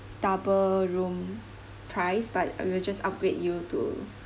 double room prize but uh we'll just upgrade you to